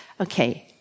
Okay